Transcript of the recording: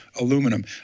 aluminum